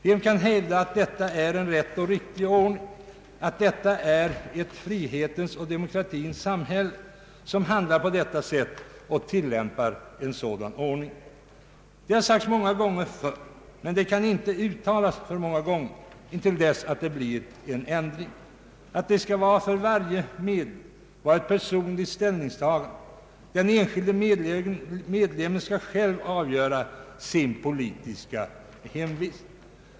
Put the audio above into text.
Vem kan hävda att detta är en riktig ordning och att det är ett frihetens och demokratins samhälle som handlar på detta sätt och tillämpar en sådan ordning? Det har sagts många gånger förr, men det kan inte uttalas för ofta till dess en ändring kommer till stånd, att det för varje medlem skall vara ett personligt ställningstagande. Den enskilde medlemmen skall själv avgöra sitt politiska hemvist.